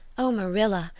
oh, marilla,